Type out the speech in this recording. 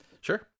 sure